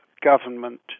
government